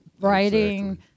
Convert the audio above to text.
writing